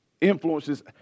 influences